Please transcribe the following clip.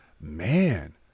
Man